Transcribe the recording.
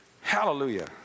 Hallelujah